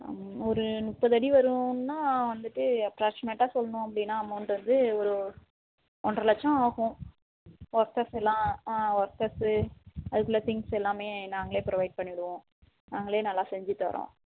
ம் ஒரு முப்பதடி வருன்னால் வந்துட்டு அப்ராக்சிமேட்டாக சொல்லணும் அப்படின்னா அமௌண்ட் வந்து ஒரு ஒன்றரை லட்சம் ஆகும் ஒர்க்கர்ஸ் எல்லாம் ஆ ஒர்க்கர்ஸு அதுக்குள்ளே திங்க்ஸ் எல்லாமே நாங்களே ப்ரொவைட் பண்ணிவிடுவோம் நாங்களே நல்லா செஞ்சுத்தரோம்